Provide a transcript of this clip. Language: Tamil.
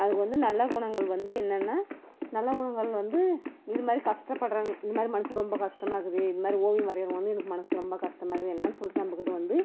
அதுக்கு வந்து ஒரு நல்ல குணங்கள் வந்து என்னென்னால் நல்ல குணங்கள் வந்து இதுமாதிரி கஷ்டப்படுறாங்க இதுமாதிரி மனதுக்கு ரொம்ப கஷ்டமா இருக்குது இது மாதிரி ஓவியம் வரைகிறவங்க வந்து எனக்கு மனது ரொம்ப கஷ்டமா இருக்குது எல்லாம் சொல்லிட்டு நம்மக் கிட்டே வந்து